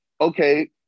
Okay